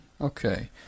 Okay